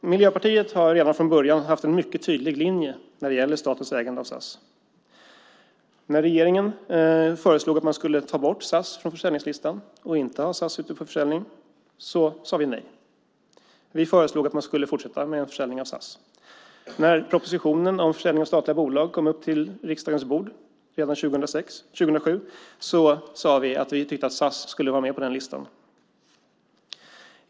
Miljöpartiet har redan från början haft en mycket tydlig linje när det gäller statens ägande av SAS. När regeringen föreslog att man skulle ta bort SAS från försäljningslistan och inte ha SAS ute för försäljning sade vi nej. Vi föreslog att man skulle fortsätta med en försäljning av SAS. När propositionen om försäljning av statliga bolag kom upp på riksdagens bord redan 2007 sade vi att vi tyckte att SAS skulle vara med på den listan.